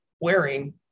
wearing